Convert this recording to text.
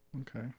Okay